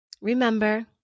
Remember